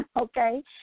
okay